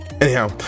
Anyhow